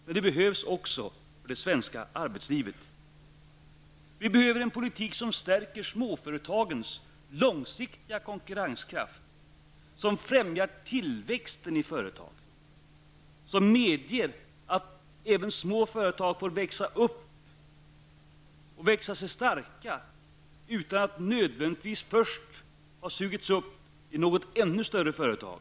Men det behövs också för det svenska arbetslivet. Vi behöver en politik som stärker småföretagens konkurrenskraft på lång sikt, som främjar tillväxten i företagen och som medger att även små företag får växa upp och växa sig starka utan att nödvändigtvis först ha sugits upp i ännu större företag.